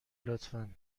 لطفا